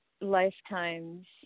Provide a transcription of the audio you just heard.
lifetimes